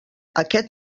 aquest